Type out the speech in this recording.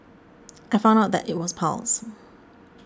I found out that it was piles